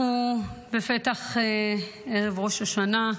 אנחנו בפתח ערב ראש השנה.